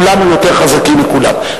כולנו יותר חזקים מכולם.